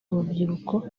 urubyiruko